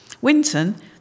Winton